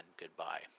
goodbye